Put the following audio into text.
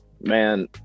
Man